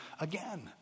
again